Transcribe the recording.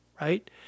right